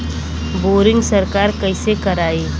Boring सरकार कईसे करायी?